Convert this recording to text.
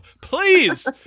Please